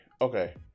Okay